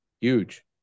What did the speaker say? huge